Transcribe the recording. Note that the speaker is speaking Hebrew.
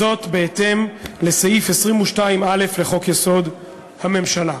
בהתאם לסעיף 22(א) לחוק-יסוד: הממשלה.